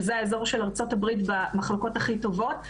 שזה האזור של ארצות הברית במחלקות הכי טובות,